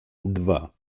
dwa